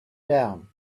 down